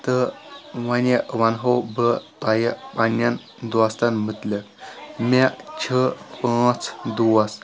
تہٕ ونہِ ووٚن ہو بہٕ تۄہہِ پننٮ۪ن دوستن مُتعلِق مےٚ چھِ پانٛژھ دوس